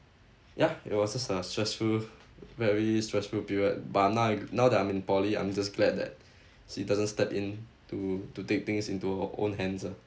ya it was just a stressful very stressful period but I now now that I am in poly I'm just glad that she doesn't step in to to take things into her own hands ah